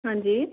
ਹਾਂਜੀ